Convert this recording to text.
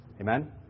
Amen